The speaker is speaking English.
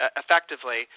effectively